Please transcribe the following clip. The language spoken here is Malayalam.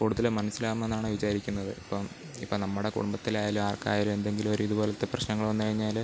കൂടുതൽ മനസ്സിലാവുമെന്നാണ് വിചാരിക്കുന്നത് ഇപ്പം ഇപ്പം നമ്മുടെ കുടുംബത്തിലായാലും ആർക്കായാലും എന്തെങ്കിലും ഒരിത് പോലത്തെ പ്രശ്നങ്ങൾ വന്നുകഴിഞ്ഞാൽ